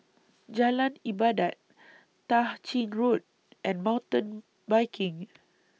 Jalan Ibadat Tah Ching Road and Mountain Biking